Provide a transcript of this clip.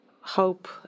hope